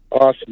Awesome